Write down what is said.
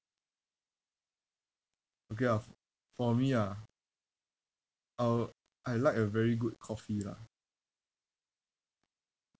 okay ah f~ for me ah uh I like a very good coffee lah